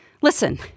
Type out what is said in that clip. Listen